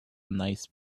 nice